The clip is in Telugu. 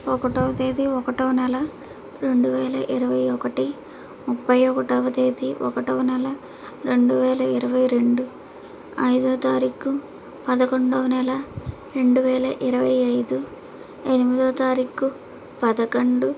ఒకటో తేదీ ఒకటో నెల రెండు వేల ఇరవై ఒకటి ముప్పై ఒకటోవ తేదీ ఒకటో నెల రెండు వేల ఇరవై రెండు ఐదో తారీఖు పదకొండో నెల రెండు వేల ఇరవై ఐదు ఎనిమిదో తారీఖు పదకొండు